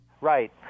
Right